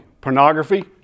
pornography